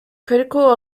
critical